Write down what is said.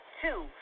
Two